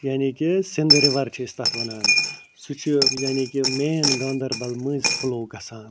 یعنی کہ سِنٛد رِوَر چھِ أسۍ تَتھ وَنان سُہ چھُ یعنی کہ مین گاندَربَل مٔنٛزۍ فُلو گژھان